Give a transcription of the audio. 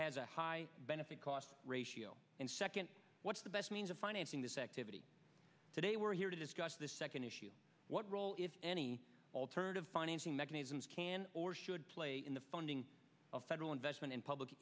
has a high benefit cost ratio and second what's the best means of financing this activity today we're here to discuss the second issue what role if any alternative financing mechanisms can or should play in the funding of federal investment in public